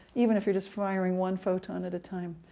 even if you're just firing one photon at a time.